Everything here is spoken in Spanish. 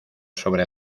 sobre